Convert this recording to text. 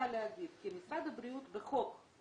משרד הבריאות בחוק,